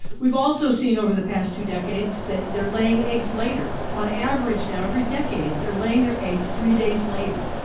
we've also seen over the past two decades that they're laying eggs later. on average now every decade they're laying their eggs three days later.